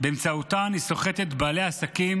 שבאמצעותן היא סוחטת בעלי עסקים.